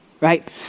right